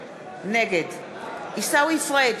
נגד עיסאווי פריג'